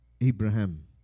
Abraham